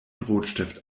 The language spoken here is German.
rotstift